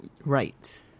Right